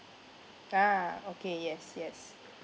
a'ah okay yes yes